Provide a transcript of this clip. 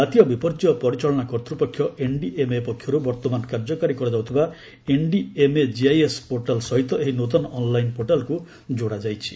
ଜାତୀୟ ବିପର୍ଯ୍ୟୟ ପରିଚାଳନା କର୍ତ୍ତୃପକ୍ଷ ଏନ୍ଡିଏମ୍ଏ ପକ୍ଷରୁ ବର୍ତ୍ତମାନ କାର୍ଯ୍ୟକାରୀ କରାଯାଉଥିବା ଏନ୍ଡିଏମ୍ଏ ଜିଆଇଏସ୍ ପୋର୍ଟାଲ୍ ସହିତ ଏହି ନୂତନ ଅନ୍ଲାଇନ୍ ପୋର୍ଟାଲ୍କୁ ଯୋଡ଼ାଯାଇଛି